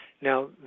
Now